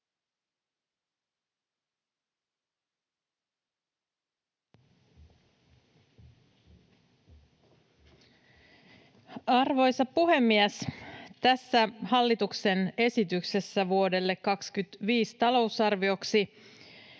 heti alkuun, että hallituksen esityksestä vuoden 2025 talousarvioksi